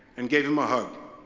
and gave him a hug.